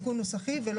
נוסחי.